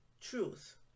truth